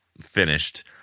finished